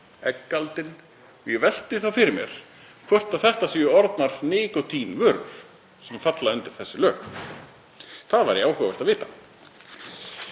eggaldin. Ég velti þá fyrir mér hvort þetta séu orðnar nikótínvörur sem falli undir þessi lög. Það væri áhugavert að vita.